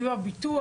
עם הביטוח.